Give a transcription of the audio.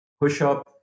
push-up